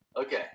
Okay